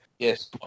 Yes